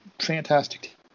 fantastic